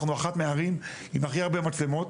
אנחנו אחת מהערים עם הכי הרבה מצלמות,